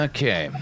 Okay